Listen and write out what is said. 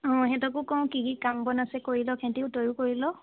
অঁ সিহঁতকো কওঁ কি কাম বন আছে কৰি লওক সিহঁতেও তইয়ো কৰি ল'